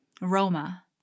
Roma